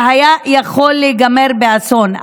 זה היה יכול להיגמר באסון.